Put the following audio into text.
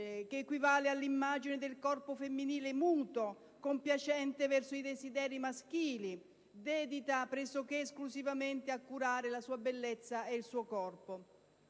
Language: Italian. che equivale all'immagine del corpo femminile muto, compiacente verso i desideri maschili, e della donna dedita pressoché esclusivamente a curare la sua bellezza ed il suo corpo.